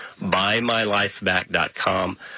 buymylifeback.com